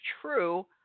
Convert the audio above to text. true